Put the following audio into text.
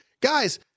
guys